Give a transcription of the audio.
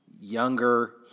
younger